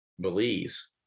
belize